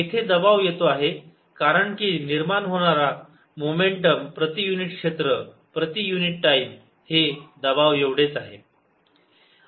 येथे दबाव येतो आहे कारण कि निर्माण होणार मोमेंटम प्रति युनिट क्षेत्र प्रति युनिट टाइम हे दबाव एवढेच आहे